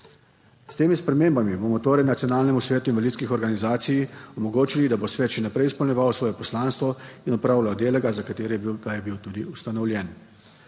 S temi spremembami bomo torej Nacionalnemu svetu invalidskih organizacij omogočili, da bo svet še naprej izpolnjeval svoje poslanstvo in opravljal dele, za katere pa je bil tudi ustanovljen.